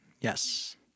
Yes